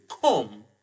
come